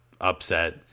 upset